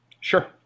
sure